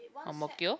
Ang-Mo-Kio